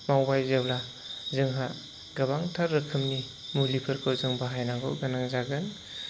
मावबाय जेब्ला जोंहा गोबांथार रोखोमनि मुलिफोरखौ जों बाहायनांगौ गोनां जागोन